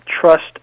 trust